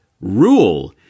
rule